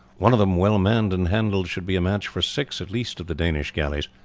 one of them well manned and handled should be a match for six at least of the danish galleys,